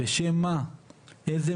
איזו